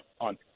on